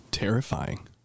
Terrifying